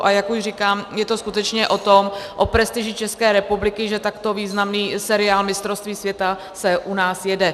A jak už říkám, je to skutečně o prestiži České republiky, že takto významný seriál mistrovství světa se u nás jede.